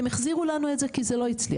הם החזירו לנו את זה כי זה לא הצליח.